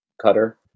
cutter